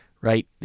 right